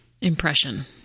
impression